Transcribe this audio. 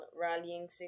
rallying